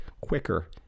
quicker